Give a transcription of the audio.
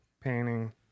painting